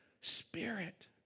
Spirit